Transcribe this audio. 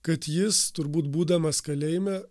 kad jis turbūt būdamas kalėjime